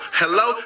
hello